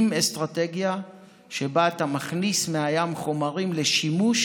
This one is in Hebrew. עם אסטרטגיה שבה אתה מכניס מהים חומרים לשימוש